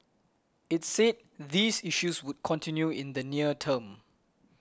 it said these issues would continue in the near term